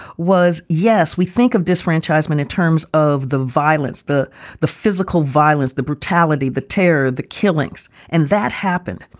was, yes, we think of disfranchisement in terms of the violence, the the physical violence, the brutality, the terror, the killings. and that happened.